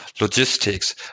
logistics